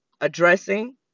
addressing